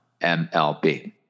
MLB